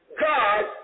God